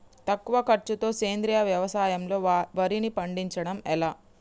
తక్కువ ఖర్చుతో సేంద్రీయ వ్యవసాయంలో వారిని పండించడం ఎలా?